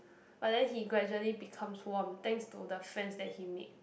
but then he gradually becomes warm thanks to the friends that he make